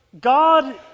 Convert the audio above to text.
god